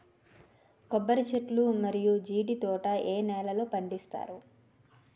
కొబ్బరి చెట్లు మరియు జీడీ తోట ఏ నేలల్లో పండిస్తారు?